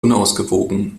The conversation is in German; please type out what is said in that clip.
unausgewogen